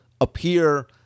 appear